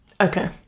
Okay